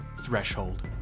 Threshold